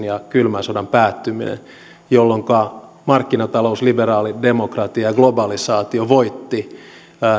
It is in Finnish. ja kylmän sodan päättyminen jolloinka markkinatalous liberaali demokratia ja globalisaatio voitti